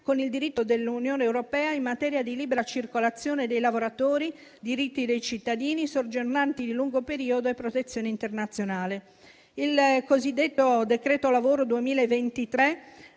con il diritto dell'Unione europea in materia di libera circolazione dei lavoratori, diritti dei cittadini, soggiornanti di lungo periodo e protezione internazionale. Il cosiddetto decreto lavoro 2023